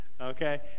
Okay